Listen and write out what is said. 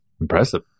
Impressive